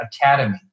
Academy